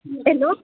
hello